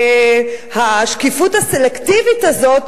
והשקיפות הסלקטיבית הזאת,